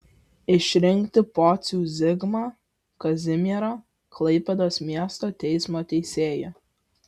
išrinkti pocių zigmą kazimiero klaipėdos miesto teismo teisėju